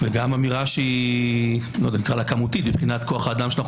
וגם אמירה כמותית מבחינת כוח האדם שאנו